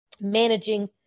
managing